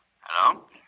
Hello